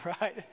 right